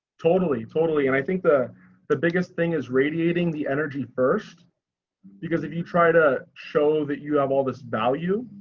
totally, totally. and i think the but biggest thing is radiating the energy first because if you try to show that you have all this value,